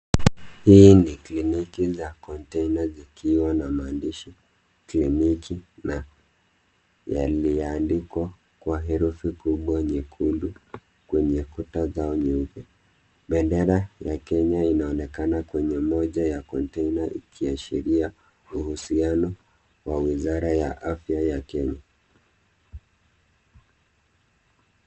Hii ni kliniki za kontena zikiwa na maandishi kliniki na yaliyoandikwa kwa herufi kubwa nyekundu kwenye kuta zao nyeupe. Bendera ya kenya inaonekana kwenye moja ya kontena ikiashiria uhusiano wa wizara ya afya ya Kenya.